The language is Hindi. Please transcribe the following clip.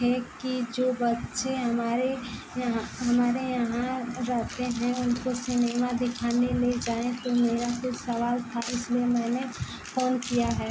थे कि जो बच्चे हमारे यहाँ हमारे यहाँ रहते हैं उनको सिनेमा दिखाने ले जाएँ तो मेरा कुछ सवाल था इसलिए मैंने फोन किया है